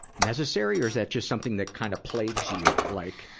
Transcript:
necessary, or is that just something that kind of plagues you? like,